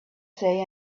say